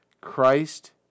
Christ